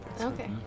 Okay